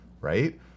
right